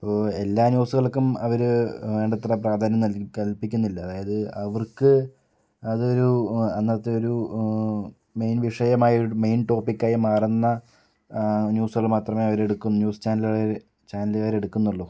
അപ്പോൾ എല്ലാ ന്യൂസുകൾക്കും അവർ വേണ്ടത്ര പ്രാധാന്യം നൽകി കൽപ്പിക്കുന്നില്ല അതായത് അവർക്ക് അതൊരു അന്നത്തെ ഒരു മെയിൻ വിഷയമായിട്ട് മെയിൻ ടോപ്പിക്കായി മാറുന്ന ന്യൂസുകൾ മാത്രേമേ അവർ എടുക്കൂ ന്യൂസ് ചാനലുകാർ ചാനലുകാർ എടുക്കുന്നുള്ളൂ